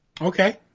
Okay